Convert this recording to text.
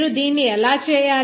దీన్ని ఎలా చేయాలి